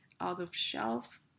out-of-shelf